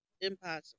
impossible